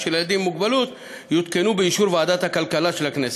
של ילדים עם מוגבלות יותקנו באישור ועדת הכלכלה של הכנסת.